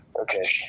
Okay